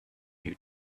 you